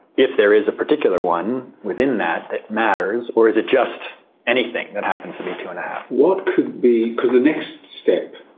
if there is a particular one within that, that matters? or is it just anything that happens to be two and a half? what could be because the next step,